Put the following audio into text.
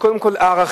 שקודם כול הערכים,